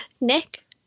Nick